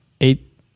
eight